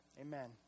Amen